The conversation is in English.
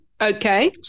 Okay